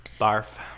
barf